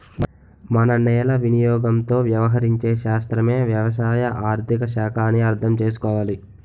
మన నేల వినియోగంతో వ్యవహరించే శాస్త్రమే వ్యవసాయ ఆర్థిక శాఖ అని అర్థం చేసుకోవాలి